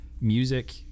music